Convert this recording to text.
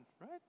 right